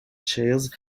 chairs